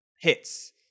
hits